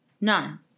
None